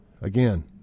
Again